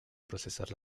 procesar